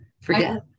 forget